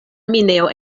minejo